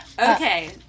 Okay